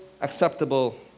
acceptable